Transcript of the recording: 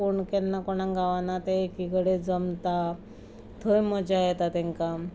कोण केन्ना कोणाक गावना ते एकी कडेन जमता थंय मजा येता तेंकां